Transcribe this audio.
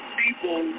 people